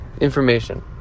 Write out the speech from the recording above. information